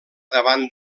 davant